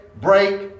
break